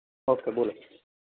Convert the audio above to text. okay બોલો